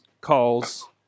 calls